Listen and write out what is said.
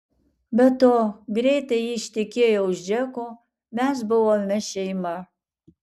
be to greitai ji ištekėjo už džeko mes buvome šeima